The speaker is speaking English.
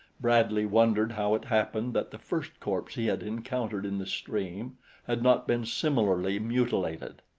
bradley wondered how it happened that the first corpse he had encountered in the stream had not been similarly mutilated.